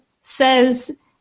says